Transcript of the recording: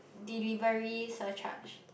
delivery surcharge